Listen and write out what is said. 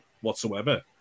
whatsoever